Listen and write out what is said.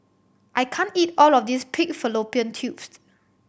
I can't eat all of this pig fallopian tubes